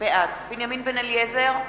בעד בנימין בן-אליעזר,